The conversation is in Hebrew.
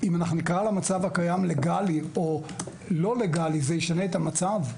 אם אנחנו נקרא למצב הקיים "לגאלי" או: "לא לגאלי" זה ישנה את המצב?